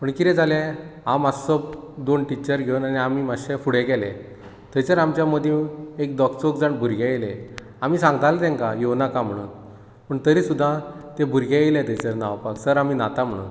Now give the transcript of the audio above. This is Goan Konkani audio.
पूण कितें जालें हांव मातसो दोन टीचर घेवन आनी आमी मातशे फुडे गेले थंयसर आमचे मदीं एक दोग चोग जाण भुरगे येले आमी सांगताले तांकां येवनाका म्हणून पूण तरी सुध्दाते भुरगे येले थंयसर न्हांवपा सर आमी न्हाता म्हणून